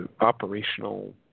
operational